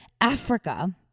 Africa